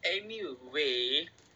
anyway